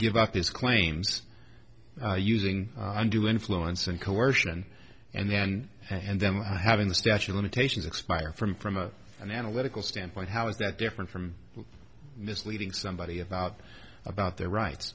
give up his claims using under the influence and coercion and then and them having the statute of limitations expire from from a an analytical standpoint how is that different from misleading somebody about about